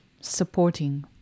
supporting